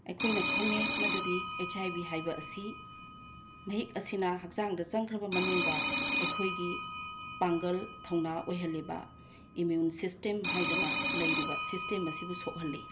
ꯑꯩꯈꯣꯏꯅ ꯈꯡꯉꯦ ꯃꯗꯨꯗꯤ ꯑꯩꯠꯆ ꯑꯥꯏ ꯕꯤ ꯍꯥꯏꯕ ꯑꯁꯤ ꯃꯍꯤꯛ ꯑꯁꯤꯅ ꯍꯛꯆꯥꯡꯗ ꯆꯪꯈ꯭ꯔꯕ ꯃꯅꯨꯡꯗ ꯑꯩꯈꯣꯏꯒꯤ ꯄꯥꯡꯒꯜ ꯊꯧꯅꯥ ꯑꯣꯏꯍꯜꯂꯤꯕ ꯏꯃ꯭ꯌꯨꯟ ꯁꯤꯁꯇꯤꯝ ꯍꯥꯏꯗꯅ ꯂꯩꯔꯤꯕ ꯁꯤꯁꯇꯤꯝ ꯑꯁꯤꯕꯨ ꯁꯣꯛꯍꯜꯂꯤ